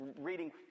reading